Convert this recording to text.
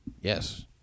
Yes